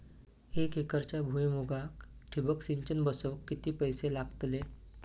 एक एकरच्या भुईमुगाक ठिबक सिंचन बसवूक किती पैशे लागतले?